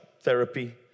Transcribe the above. therapy